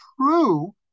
true